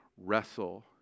wrestle